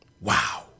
Wow